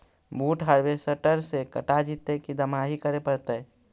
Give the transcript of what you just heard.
बुट हारबेसटर से कटा जितै कि दमाहि करे पडतै?